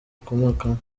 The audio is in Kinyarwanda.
akomokamo